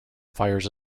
fires